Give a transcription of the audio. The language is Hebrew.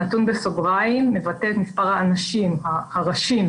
הנתון בסוגריים מבטא את מספר האנשים, הראשים